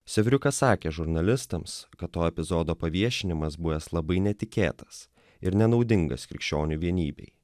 sevriukas sakė žurnalistams kad to epizodo paviešinimas buvęs labai netikėtas ir nenaudingas krikščionių vienybei